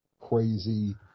crazy